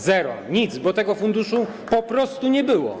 Zero, nic, bo tego funduszu po prostu nie było.